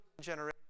generation